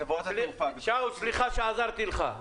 סליחה שעזרתי לך.